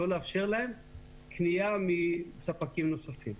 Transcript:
לא לאפשר להם קנייה מספקים נוספים.